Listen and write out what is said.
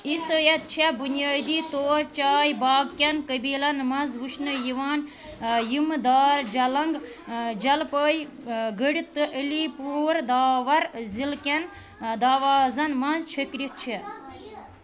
عیسٲئیت چھِ بنیٲدی طور چاے باغ کٮ۪ن قٔبیٖلن منٛز وُچھنہٕ یِوان یِم دارجلنٛگ جلپائی گٔڑِتھ تہٕ علی پوٗر داور ضلعہٕ کٮ۪ن دوازن منٛز چھٔكرِتھ چھِ